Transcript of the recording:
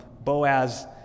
Boaz